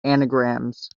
anagrams